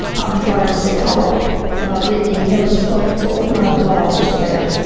um florence seckold and i've lived in millers point all of my life, just about.